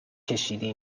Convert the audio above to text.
ﻧﻌﺮه